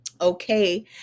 Okay